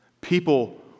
People